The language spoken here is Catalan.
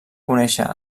conèixer